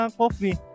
coffee